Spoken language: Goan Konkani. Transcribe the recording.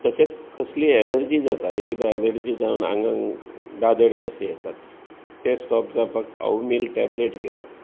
तशेंच कसली एलर्जी जाता एकदां एलर्जी जावन आंगाक दादड कशें येतात ते स्टॉप जावपाक आवमील टॅबलेट घेवप